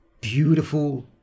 beautiful